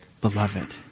beloved